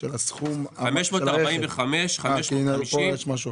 545,550 ₪,